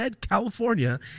California